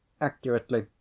Accurately